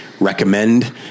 recommend